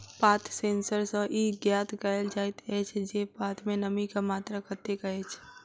पात सेंसर सॅ ई ज्ञात कयल जाइत अछि जे पात मे नमीक मात्रा कतेक अछि